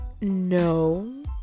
no